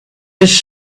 his